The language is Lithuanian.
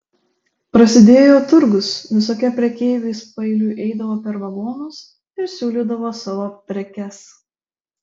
prasidėjo turgus visokie prekeiviai vis paeiliui eidavo per vagonus ir siūlydavo savo prekes